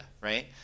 right